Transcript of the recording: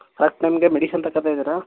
correct ಟೈಮ್ಗೆ medicine ತಕೋತಾ ಇದ್ದೀರಾ